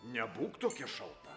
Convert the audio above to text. nebūk tokia šalta